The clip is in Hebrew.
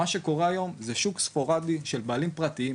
מה שקורה היום זה שוק ספורדי של בעלים פרטיים.